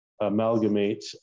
amalgamate